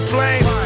Flames